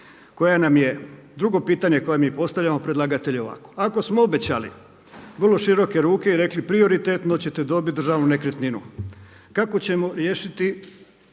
koja nam je, drugo pitanje koje mi postavljamo predlagatelju je ako smo obećali vrlo široke ruke i rekli prioritetno ćete dobiti državnu nekretninu. Kako ćemo riješiti